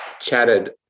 chatted